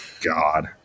God